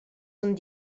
sun